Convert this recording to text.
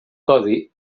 codi